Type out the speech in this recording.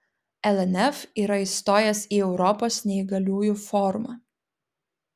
lnf yra įstojęs į europos neįgaliųjų forumą